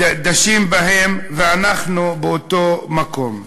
דשים בהן, ואנחנו באותו מקום.